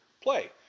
play